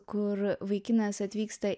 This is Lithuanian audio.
kur vaikinas atvyksta